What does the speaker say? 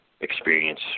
experience